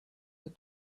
but